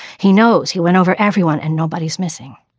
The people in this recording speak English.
he knows he went over everyone and nobody's missing.